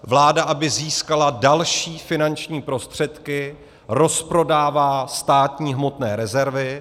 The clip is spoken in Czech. Vláda, aby získala další finanční prostředky, rozprodává státní hmotné rezervy.